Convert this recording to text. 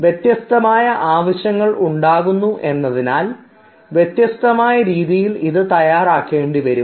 വ്യത്യസ്തമായ ആവശ്യങ്ങൾ ഉണ്ടാകുന്നു എന്നതിനാൽ വ്യത്യസ്തമായ രീതികളിൽ ഇത് തയ്യാറാക്കേണ്ടി വരും